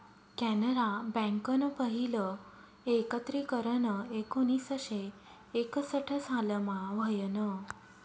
कॅनरा बँकनं पहिलं एकत्रीकरन एकोणीसशे एकसठ सालमा व्हयनं